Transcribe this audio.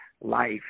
life